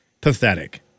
pathetic